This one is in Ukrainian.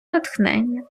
натхнення